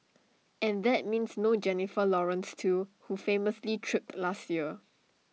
and that means no Jennifer Lawrence too who famously tripped last year